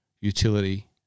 utility